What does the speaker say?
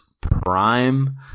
prime